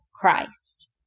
Christ